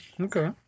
Okay